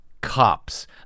cops